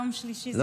יום שלישי זה,